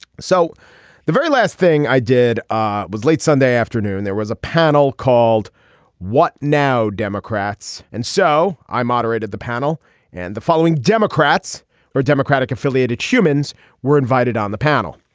so the very last thing i did ah was late sunday afternoon there was a panel called what now. democrats and so i moderated the panel and the following democrats or democratic affiliated humans were invited on the panel.